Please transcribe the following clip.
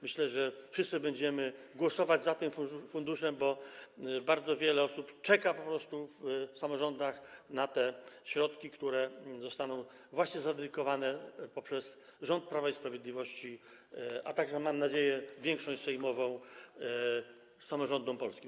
Myślę, że wszyscy będziemy głosować za tym funduszem, bo bardzo wiele osób czeka w samorządach na te środki, które zostaną właśnie zadedykowane przez rząd Prawa i Sprawiedliwości, a także mam nadzieję większość sejmową, samorządom polskim.